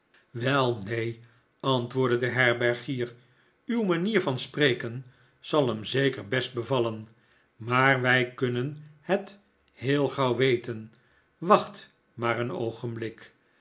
wel neen antwoordde de herbergier uw manier van spreken zal hem zeker best bevallen maar wij kunnen het heel gauw weten wacht maar een oogenblik